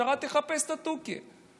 המשטרה תחפש את התוכי.